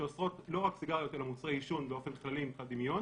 שאוסרות לא רק סיגריות אלא מוצרי עישון באופן כללי מבחינת דמיון.